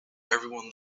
everyone